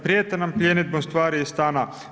Prijete nam pljenidbom stvari iz stana.